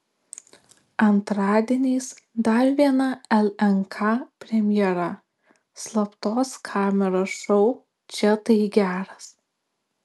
antradieniais dar viena lnk premjera slaptos kameros šou čia tai geras